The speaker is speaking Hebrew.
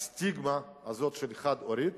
הסטיגמה הזאת של חד-הורית